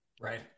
Right